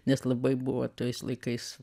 nes labai buvo tais laikais